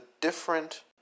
different